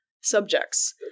subjects